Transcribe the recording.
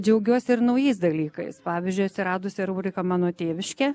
džiaugiuosi ir naujais dalykais pavyzdžiui atsiradusi rubrika mano tėviškė